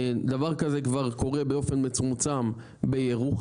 דבר כזה כבר קורה באופן מצומצם בירוחם,